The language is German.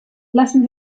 lassen